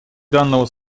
данного